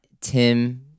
Tim